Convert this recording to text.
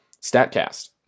StatCast